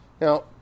Now